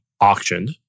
auctioned